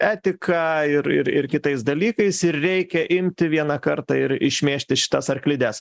etika ir ir ir kitais dalykais ir reikia imti vieną kartą ir išmėžti šitas arklides